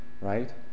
right